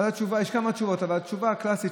יש כמה תשובות אבל התשובה הקלאסית,